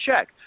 check